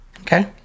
Okay